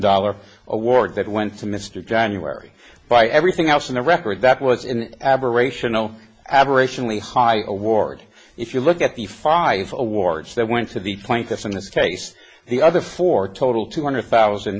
dollars award that went to mr january by everything else in the record that was an aberration no aberration lehi award if you look at the five awards that went to the plaintiffs in this case the other four total two hundred thousand